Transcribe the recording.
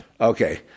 Okay